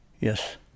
Yes